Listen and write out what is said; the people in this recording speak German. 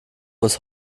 muss